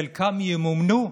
חלקן ימומנו,